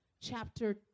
chapter